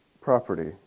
property